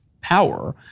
power